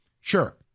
Sure